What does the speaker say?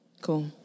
Cool